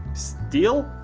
steal